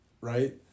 right